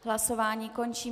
Hlasování končím.